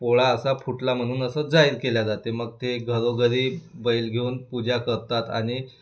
पोळा असा फुटला म्हणून असं जाहीर केल्या जाते मग ते घरोघरी बैल घेऊन पूजा करतात आणि